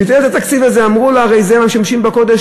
אמרו לו: הרי זה המשמשים בקודש,